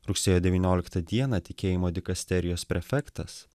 rugsėjo devynioliktą dieną tikėjimo dikasterijos prefektas